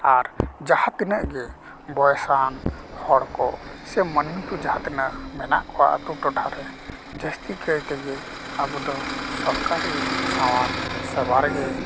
ᱟᱨ ᱡᱟᱦᱟᱸ ᱛᱤᱱᱟᱹᱜ ᱜᱮ ᱵᱚᱭᱮᱥᱟᱱ ᱦᱚᱲ ᱠᱚ ᱥᱮ ᱢᱟᱹᱱᱢᱤ ᱠᱚ ᱡᱟᱦᱟᱸ ᱛᱤᱱᱟᱹᱜ ᱢᱮᱱᱟᱜ ᱠᱚᱣᱟ ᱟᱛᱳ ᱴᱚᱴᱷᱟᱨᱮ ᱡᱟᱹᱥᱛᱤ ᱠᱟᱭᱛᱮᱜᱮ ᱟᱵᱚ ᱫᱚ ᱥᱚᱨᱠᱟᱨᱤ ᱥᱟᱶᱟᱨ ᱥᱮᱵᱟ ᱨᱮᱜᱮ